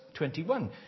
21